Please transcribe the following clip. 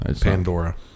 Pandora